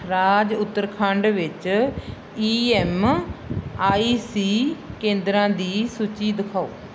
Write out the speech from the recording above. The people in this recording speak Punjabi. ਰਾਜ ਉਤਰਾਖੰਡ ਵਿੱਚ ਈ ਐਮ ਆਈ ਸੀ ਕੇਂਦਰਾਂ ਦੀ ਸੂਚੀ ਦਿਖਾਓ